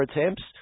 attempts